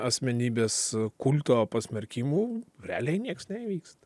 asmenybės kulto pasmerkimų realiai nieks neįvyksta